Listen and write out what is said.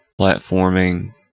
platforming